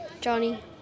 Johnny